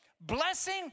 blessing